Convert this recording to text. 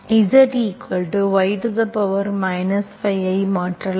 Z Zy 5 ஐ மாற்றலாம்